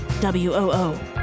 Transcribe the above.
W-O-O